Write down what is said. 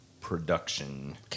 production